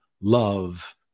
love